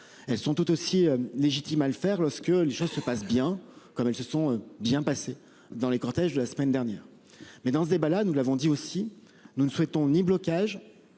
elles sont toutes aussi légitimes à le faire lorsque les choses se passent bien comme elles se sont bien passées dans les cortèges de la semaine dernière. Mais dans ce débat-là. Nous l'avons dit aussi nous ne souhaitons ni blocage